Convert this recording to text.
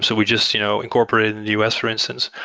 so we just you know incorporate in the us for instance,